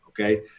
okay